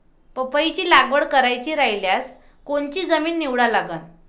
पपईची लागवड करायची रायल्यास कोनची जमीन निवडा लागन?